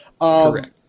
Correct